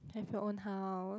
have your own house